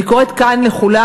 אני קוראת כאן לכולם,